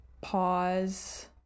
Pause